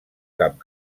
cap